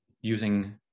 using